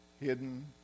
hidden